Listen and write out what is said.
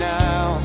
now